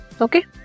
Okay